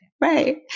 right